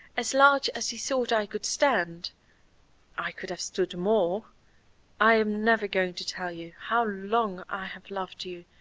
as large as he thought i could stand i could have stood more i am never going to tell you how long i have loved you,